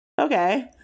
okay